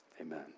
Amen